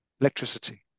electricity